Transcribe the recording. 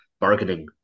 bargaining